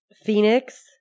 Phoenix